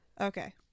Okay